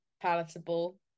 palatable